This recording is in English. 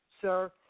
sir